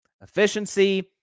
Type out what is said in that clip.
efficiency